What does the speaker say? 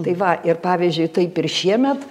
tai va ir pavyzdžiui taip ir šiemet